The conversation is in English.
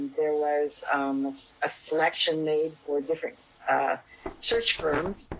there was a selection made for different search firms.